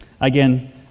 again